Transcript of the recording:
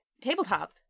tabletop